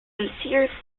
sincere